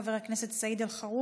חבר הכנסת סעיד אלחרומי.